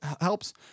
helps